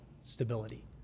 stability